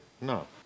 No